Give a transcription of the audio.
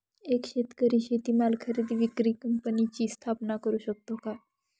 एक शेतकरी शेतीमाल खरेदी विक्री कंपनीची स्थापना करु शकतो का?